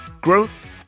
growth